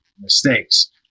mistakes